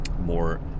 more